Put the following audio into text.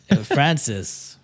Francis